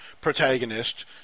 protagonist